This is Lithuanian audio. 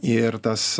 ir tas